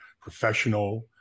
professional